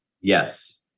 Yes